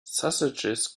sausages